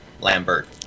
Lambert